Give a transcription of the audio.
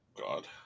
God